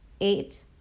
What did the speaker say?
Eight